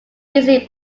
busy